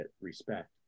respect